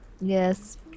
Yes